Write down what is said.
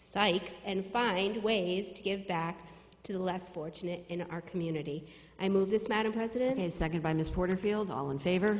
sikes and find ways to give back to the less fortunate in our community i move this madam president his second by mr porterfield all in favor